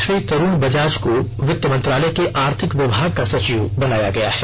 श्री तरूण बजाज को वित्त मंत्रालय के आर्थिक विभाग का सचिव बनाया गया है